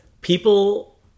People